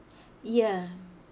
ya